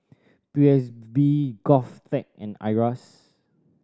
P S B GovTech and IRAS